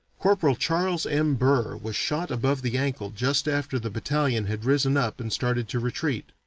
corporal charles m. burr was shot above the ankle just after the battalion had risen up and started to retreat.